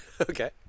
Okay